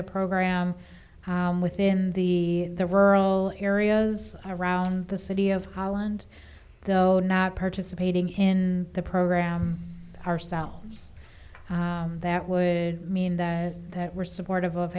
the program within the the rural areas around the city of holland though not participating in the program ourselves that would mean that that we're supportive of